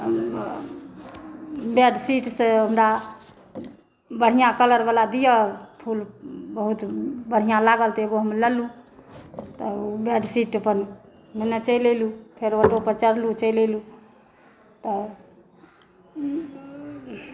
बेडशीटसे हमरा बढ़िआँ कलरवला दिय फूल बहुत बढ़िआँ लागल तऽ एगो हम लेलहुँ बेडशीट अपन लेने चलि एलहुँ फेर ऑटो पर चढलूँ चलि एलहुँ तऽ